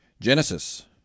Genesis